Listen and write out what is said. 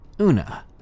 Una